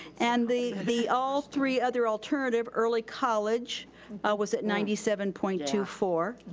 and the the all three other alternative early college was at ninety seven point two four.